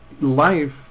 Life